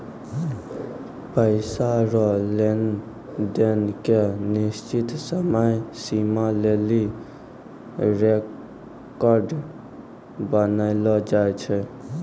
पैसा रो लेन देन के निश्चित समय सीमा लेली रेकर्ड बनैलो जाय छै